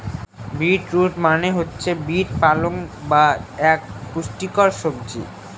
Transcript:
beet root মনে হচ্ছে beet পালং যা এক পুষ্টিকর সবজি